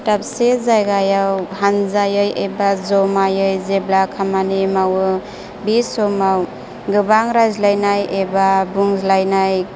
दाबसे जायगायाव हान्जायै एबा जमायै जेब्ला खामानि मावो बे समाव गोबां रायज्लायनाय एबा बुंज्लायनाय